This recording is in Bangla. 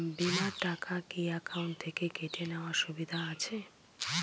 বিমার টাকা কি অ্যাকাউন্ট থেকে কেটে নেওয়ার সুবিধা আছে?